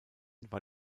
war